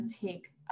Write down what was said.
take